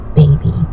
baby